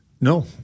No